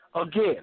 Again